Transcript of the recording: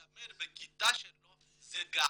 מלמד בכיתה שלו בתחום שלו זה גאווה.